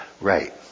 Right